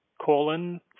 colon